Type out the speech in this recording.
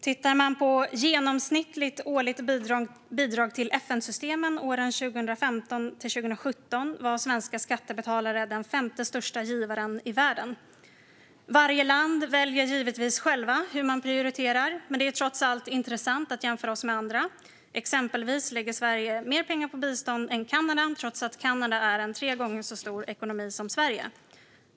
Tittar man på genomsnittligt årligt bidrag till FN-systemet åren 2015-2017 var svenska skattebetalare den femte största givaren i världen. Varje land väljer givetvis självt hur man prioriterar, men det är trots allt intressant att jämföra oss med andra. Exempelvis lägger Sverige mer pengar på bistånd än Kanada, trots att Kanada är en tre gånger så stor ekonomi som Sverige.